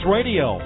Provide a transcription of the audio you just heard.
Radio